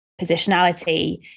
positionality